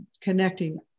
connecting